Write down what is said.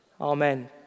Amen